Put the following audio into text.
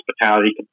hospitality